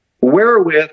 wherewith